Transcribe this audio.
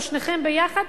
או שניכם ביחד,